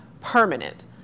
permanent